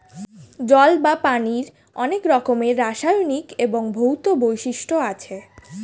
জল বা পানির অনেক রকমের রাসায়নিক এবং ভৌত বৈশিষ্ট্য আছে